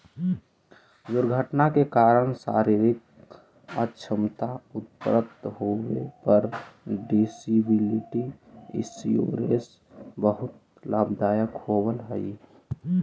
दुर्घटना के कारण शारीरिक अक्षमता उत्पन्न होवे पर डिसेबिलिटी इंश्योरेंस बहुत लाभदायक होवऽ हई